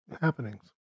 happenings